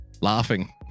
laughing